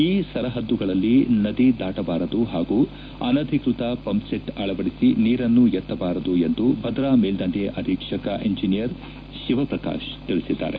ಈ ಸರಪದ್ದುಗಳಲ್ಲಿ ನದಿ ದಾಟಬಾರದು ಹಾಗೂ ಅನಧಿಕೃತ ಪಂಪ್ಸೆಟ್ ಅಳವಡಿಸಿ ನೀರನ್ನು ಎತ್ತಬಾರದು ಎಂದು ಭದ್ರಾ ಮೇಲ್ದಂಡೆ ಅಧೀಕ್ಷಕ ಎಂಜೆನಿಯರ್ ಶಿವಪ್ರಕಾಶ್ ತಿಳಿಸಿದ್ದಾರೆ